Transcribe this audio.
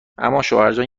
اماشوهرجان